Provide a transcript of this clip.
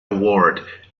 award